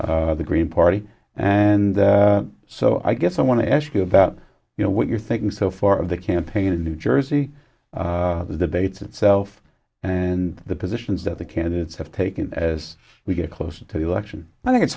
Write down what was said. the green party and so i guess i want to ask you about you know what you're thinking so far of the campaign in new jersey the debates itself and the positions of the candidates have taken as we get closer to the election i think it's